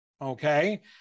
Okay